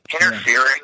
interfering